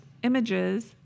images